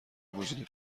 وجود